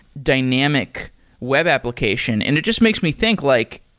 dynamic web application. and it just makes me think like,